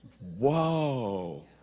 Whoa